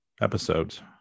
episodes